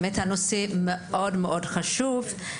הנושא הוא באמת מאוד חשוב.